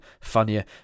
funnier